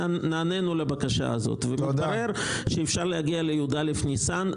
מסתבר שאפשר להגיע ל-י"א ניסן.